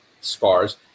scars